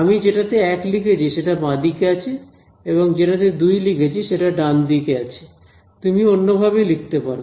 আমি যেটা তে এক লিখেছি সেটা বাঁদিকে আছে এবং যেটাতে দুই লিখেছি সেটা ডান দিকে আছে তুমি অন্য ভাবে লিখতে পারো